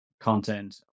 content